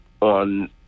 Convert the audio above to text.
on